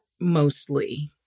Mostly